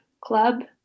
club